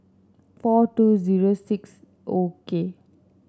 four two zero six O K